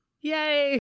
Yay